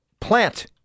plant